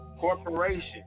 corporation